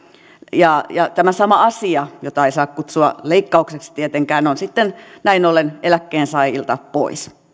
ja ja tämä sama asia jota ei saa kutsua leikkaukseksi tietenkään on sitten näin ollen eläkkeensaajilta pois